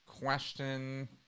question